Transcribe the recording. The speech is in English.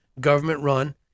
government-run